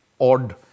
odd